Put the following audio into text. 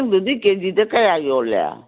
ꯁꯔꯦꯡꯗꯨꯗꯤ ꯀꯦ ꯖꯤꯗ ꯀꯌꯥ ꯌꯣꯜꯂꯤ